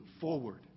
forward